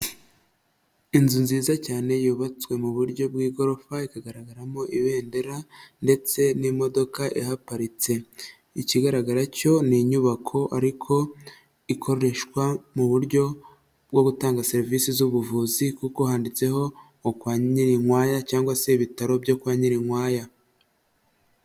Inzu nziza cyane yubatswe mu buryo bw'igorofa ikagaragaramo ibendera ndetse n'imodoka ihaparitse, ikigaragara cyo ni inyubako ariko ikoreshwa mu buryo bwo gutanga serivisi z'ubuvuzi kuko handitseho ngo kwa Nyirinkwaya cyangwa se ibitaro byo kwa Nyirinkwaya.